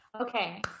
Okay